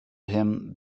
him